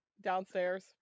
downstairs